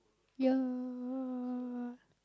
ya